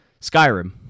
Skyrim